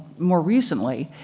more recently,